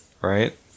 right